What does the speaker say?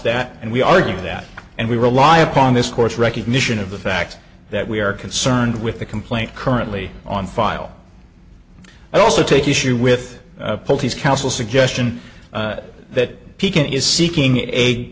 that and we argue that and we rely upon this course recognition of the fact that we are concerned with the complaint currently on file i also take issue with the police council suggestion that piquant is seeking a